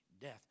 death